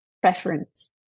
preference